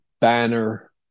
banner